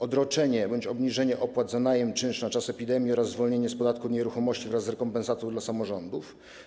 Odroczenie bądź obniżenie opłat za najem, czynsz na czas epidemii oraz zwolnienie z podatku od nieruchomości wraz z rekompensatą dla samorządów.